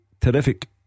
terrific